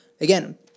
again